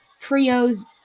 trios